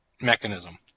mechanism